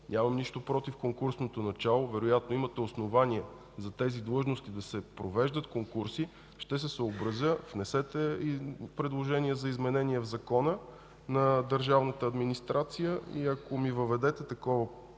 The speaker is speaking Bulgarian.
Нямам нищо против конкурсното начало. Вероятно имате основание за тези длъжности да се провеждат конкурси. Ще се съобразя. Внесете предложение за изменение в Закона на държавната администрация и ако ми въведете такова